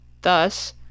Thus